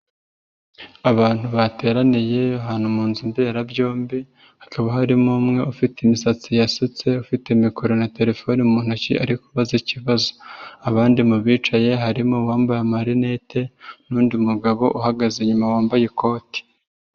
Abantu bateraniye ahantu mu nzu mberabyombi hakaba harimo umwe ufite imisatsi yasutse ufite mikoro na telefone mu ntoki ari kubaza ikibazo, abandi mu bicaye harimo uwambaye amarinette n'undi mugabo uhagaze inyuma wambaye ikoti.